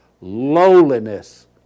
lowliness